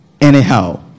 anyhow